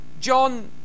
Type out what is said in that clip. John